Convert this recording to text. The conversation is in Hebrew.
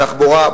תחבורה,